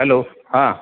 hello हां